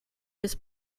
this